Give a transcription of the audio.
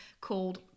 called